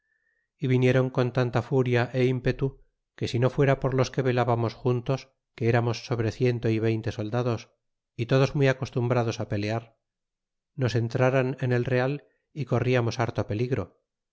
y vinieron con tanta furia y ímpetu que si no fuera por los que velábamos juntos que eramos sobre ciento y veinte soldados y todos muy acostumparados pelear nos entraran en el real y corriamos harto peligro